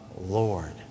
Lord